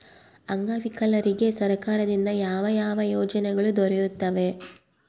ಅಂಗವಿಕಲರಿಗೆ ಸರ್ಕಾರದಿಂದ ಯಾವ ಯಾವ ಯೋಜನೆಗಳು ದೊರೆಯುತ್ತವೆ?